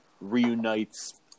reunites